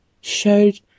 showed